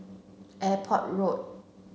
Airport Road